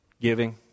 Giving